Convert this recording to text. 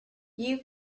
you